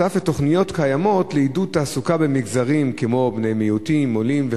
נוסף על תוכניות קיימות לעידוד תעסוקה במגזרים כמו בני מיעוטים ועולים.